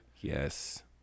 yes